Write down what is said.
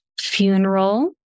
funeral